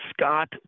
Scott